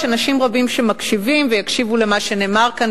יש פה אנשים רבים שמקשיבים ויקשיבו למה שנאמר כאן,